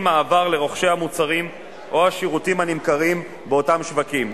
מעבר לרוכשי המוצרים או השירותים הנמכרים באותם שווקים.